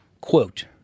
Quote